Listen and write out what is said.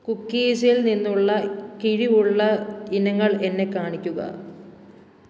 കുക്കീസിൽ നിന്നുള്ള കിഴിവുള്ള ഇനങ്ങൾ എന്നെ കാണിക്കുക